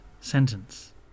sentence